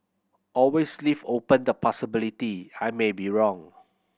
always leave open the possibility I may be wrong